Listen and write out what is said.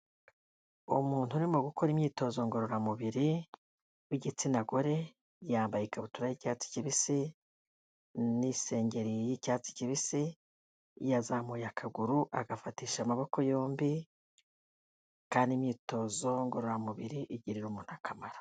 Umuntu urimo gukora imyitozo ngororamubiri, w'igitsina gore yambaye ikabutura y'icyatsi kibisi n'isengereye y'icyatsi kibisi, yazamuye akaguru agafatisha amaboko yombi, kandi imyitozo ngororamubiri igirira umuntu akamaro.